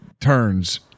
turns